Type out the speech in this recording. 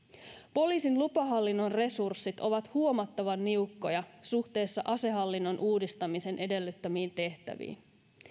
poliisin lupahallinnon resurssit ovat huomattavan niukkoja suhteessa asehallinnon uudistamisen edellyttämiin tehtäviin